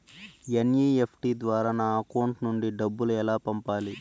NEFT ద్వారా నా account నుండి డబ్బులు ఎలా పంపాలి